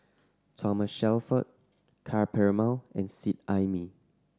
Thomas Shelford Ka Perumal and Seet Ai Mee